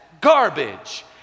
garbage